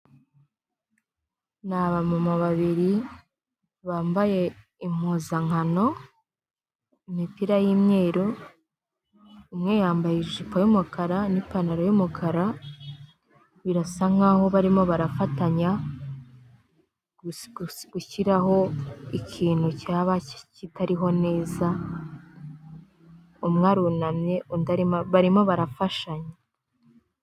Ni aba mama babiri bambaye impuzankano imipira y'imweru umwe yambaye ijipo y'umukara n'ipantaro y'umukara, birasa nk'aho barimo barafatanya gushyiraho ikintu cyaba kitariho neza umwe arunamye undi arimo, barimo barafashanya.